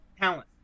talent